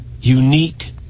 unique